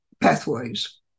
pathways